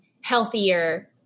healthier